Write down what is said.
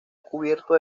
cubierto